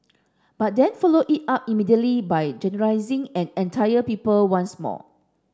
but then followed it up immediately by generalising an entire people once more